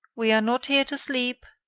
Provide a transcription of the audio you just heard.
we are not here to sleep.